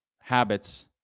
habits